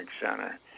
Center